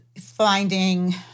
finding